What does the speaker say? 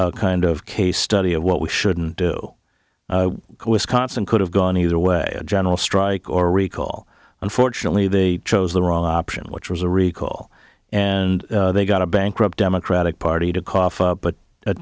a kind of case study of what we shouldn't do wisconsin could have gone either way a general strike or recall unfortunately they chose the wrong option which was a recall and they got a bankrupt democratic party to cough but